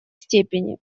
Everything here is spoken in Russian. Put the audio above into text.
степени